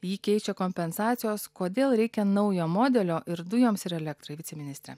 jį keičia kompensacijos kodėl reikia naujo modelio ir dujoms ir elektrai viceministre